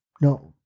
no